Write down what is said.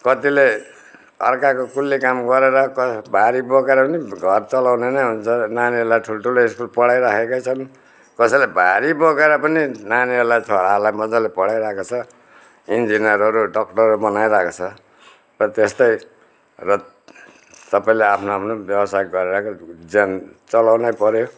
कतिले अर्काको कुल्ली काम गरेर क भारी बोकेर पनि घर चलाउने नै हुन्छ नानीहरूलाई ठुल्ठुलो स्कुल पढाइराखेकै छन् कसैले भारी बोकेर पनि नानीहरूलाई छोराहरूलाई मज्जाले पढाइरहेको छ इन्जिनयरहरू डक्टर बनाइरहेको छ र त्यस्तै र सबैले आफ्नो आफ्नो व्यवसाय गरेर ज्यान चलाउनै पऱ्यो